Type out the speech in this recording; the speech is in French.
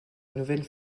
nouvelle